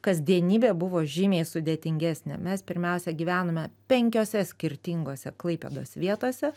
kasdienybė buvo žymiai sudėtingesnė mes pirmiausia gyvename penkiose skirtingose klaipėdos vietose